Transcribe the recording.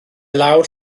lawr